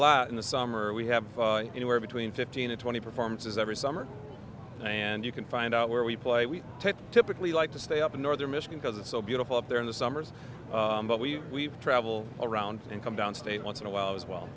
lot in the summer we have anywhere between fifteen and twenty performances every summer and you can find out where we play we typically like to stay up in northern michigan because it's so beautiful up there in the summers but we travel around and come downstate once in a while as well